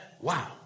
Wow